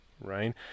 right